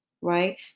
right